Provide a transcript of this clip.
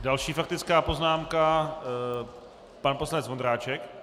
Další faktická poznámka, pan poslanec Vondráček.